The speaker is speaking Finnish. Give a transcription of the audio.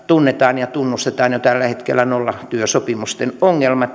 tunnetaan ja tunnustetaan jo tällä hetkellä nollatyösopimusten ongelmat